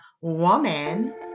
woman